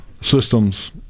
systems